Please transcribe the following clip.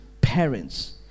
parents